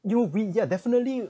you we ya definitely